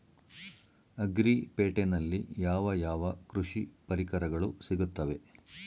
Agri ಪೇಟೆನಲ್ಲಿ ಯಾವ ಯಾವ ಕೃಷಿ ಪರಿಕರಗಳು ಸಿಗುತ್ತವೆ?